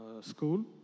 School